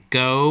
go